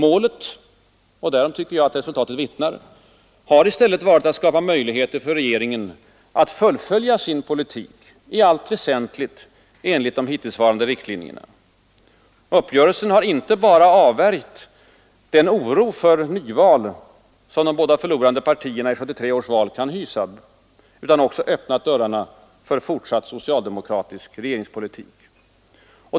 Målet — och därom tycker jag att resultatet vittnar — har i stället varit att skapa möjligheter för regeringen att fullfölja sin politik i allt väsentligt enligt hittillsvarande riktlinjer. Uppgörelsen har inte bara avvärjt den oro för nyval som de båda förlorande partierna i 1973 års val kan hysa, utan också öppnat dörrarna för fortsatt socialdemokratisk regeringspolitik.